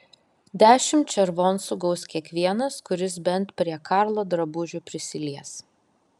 dešimt červoncų gaus kiekvienas kuris bent prie karlo drabužių prisilies